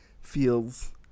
feels